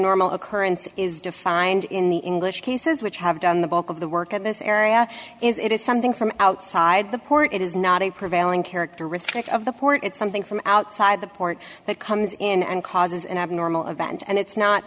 normal occurrence is defined in the english cases which have done the bulk of the work in this area is it is something from outside the port it is not a prevailing characteristic of the fort it's something from outside the port that comes in and causes an abnormal event and it's not